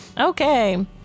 Okay